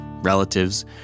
relatives